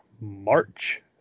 March